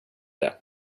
det